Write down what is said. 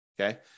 Okay